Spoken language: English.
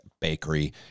Bakery